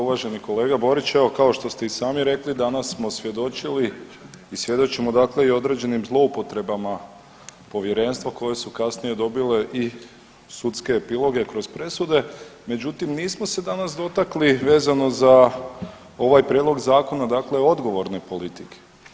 Uvaženi kolega Borić evo kao što ste i sami rekli danas smo svjedočili i svjedočimo dakle i određenim zloupotrebama povjerenstva koje su kasnije dobile i sudske epiloge kroz presude, međutim nismo se danas dotakli vezano za ovaj prijedlog zakona dakle odgovorne politike.